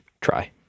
try